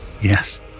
Yes